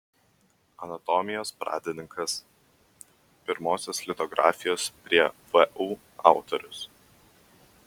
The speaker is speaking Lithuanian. anatomijos pradininkas pirmosios litografijos prie vu autorius